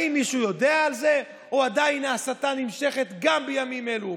האם מישהו יודע על זה או עדיין ההסתה נמשכת גם בימים אלו?